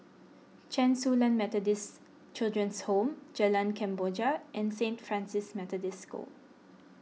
Chen Su Lan Methodist Children's Home Jalan Kemboja and Saint Francis Methodist School